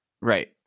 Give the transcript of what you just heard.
Right